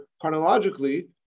chronologically